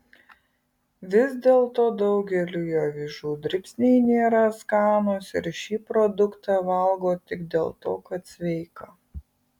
vis dėlto daugeliui avižų dribsniai nėra skanūs ir šį produktą valgo tik dėl to kad sveika